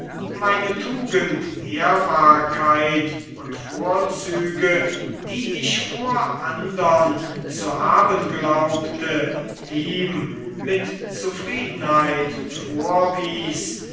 meine tugend ehrbarkeit und vorzüge die ich vor andern zu haben glaubte ihm mit zufriedenheit vorwies